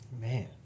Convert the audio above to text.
Man